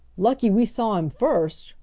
lucky we saw him first!